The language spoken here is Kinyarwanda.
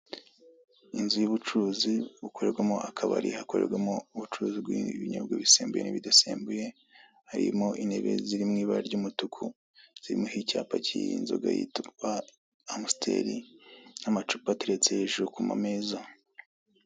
Inzu y'ubucuruzi bukorerwamo akabari hakorerwamo ubucuruzi bw'ibinyobwa bisembuye ndetse n'ibidasembuye, harimo intebe ziri mu ibara ry'umuteku ziriho icyapa cy'iyi nzoga yitwa amusiteri n'amacupa ateretse hejuru ku mameza.